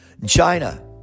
China